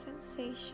sensation